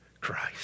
Christ